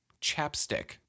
Chapstick